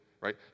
right